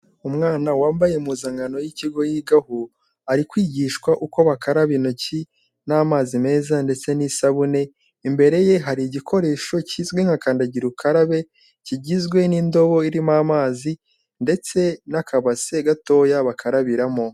Umwana wambaye impuzankano y'ikigo yigaho ari kwigishwa uko bakaraba intoki n'amazi meza ndetse n'isabune, imbere ye hari igikoresho kizwi nka kandagira ukarabe kigizwe n'indobo irimo amazi ndetse n'akabase gatoya bakarabiramo.